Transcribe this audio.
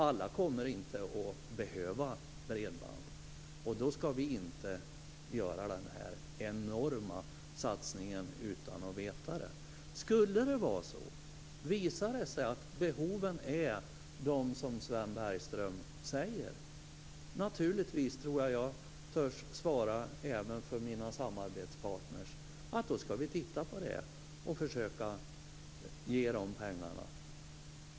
Alla kommer inte att behöva bredband. Då ska vi inte göra den här enorma satsningen utan att veta det. Om det skulle visa sig att behoven är de som Sven Bergström säger - jag tror att jag törs svara även för mina samarbetspartner - ska vi naturligtvis titta på det och försöka ge dem pengarna.